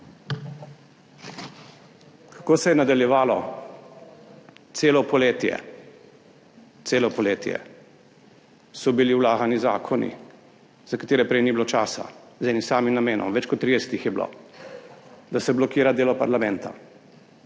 projekcija v dvorani/ Celo poletje, celo poletje so vlagali zakone, za katere prej ni bilo časa, z enim samim namenom, več kot 30 jih je bilo, da se blokira delo parlamenta.